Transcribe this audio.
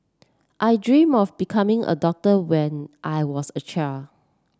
I dream of becoming a doctor when I was a child